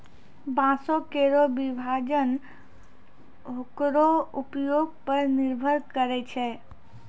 बांसों केरो विभाजन ओकरो उपयोग पर निर्भर करै छै